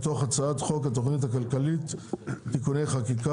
מתוך הצעת חוק התכנית הכלכלית (תיקוני חקיקה